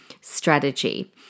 strategy